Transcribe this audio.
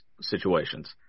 situations